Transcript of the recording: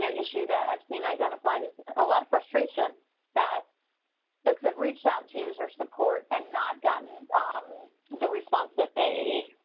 issue that i've seen identified as a lot of frustration that folks have reached out to user support and not gotten um the response that they